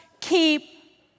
keep